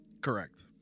Correct